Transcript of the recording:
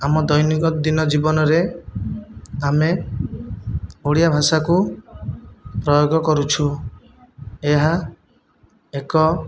ଆମ ଦୈନିକ ଦିନ ଜୀବନରେ ଆମେ ଓଡ଼ିଆ ଭାଷାକୁ ପ୍ରୟୋଗ କରୁଛୁ ଏହା ଏକ